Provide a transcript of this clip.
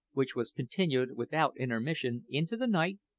which was continued without intermission into the night,